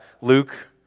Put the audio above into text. Luke